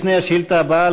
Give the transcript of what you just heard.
לפני השאילתה הבאה,